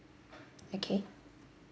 okay